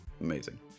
Amazing